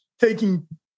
taking